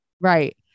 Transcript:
Right